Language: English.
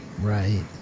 Right